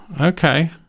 okay